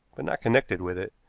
but not connected with it,